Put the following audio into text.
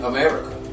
America